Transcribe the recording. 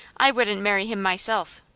i wouldn't marry him myself.